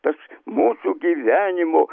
tas mūsų gyvenimo